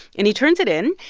and he turns it in.